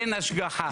אין השגחה.